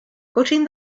putting